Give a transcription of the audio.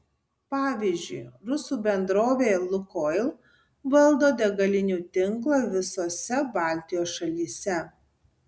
pavyzdžiui rusų bendrovė lukoil valdo degalinių tinklą visose baltijos šalyse